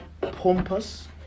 pompous